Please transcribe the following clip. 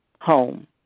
home